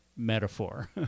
metaphor